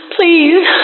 Please